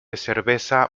cerveza